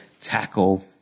tackle